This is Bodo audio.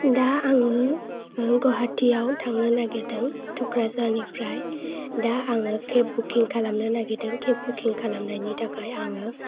दा आङो गुवाहाटीयाव थांनो नागिरदों थुख्राजारनिफ्राय दा आङो केब बुकिं खालामनो नागेरदों केब बुकिं खालामनायनि थाखाय आङो